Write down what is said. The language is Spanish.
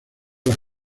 las